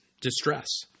distress